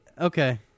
okay